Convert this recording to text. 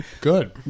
Good